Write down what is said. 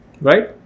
right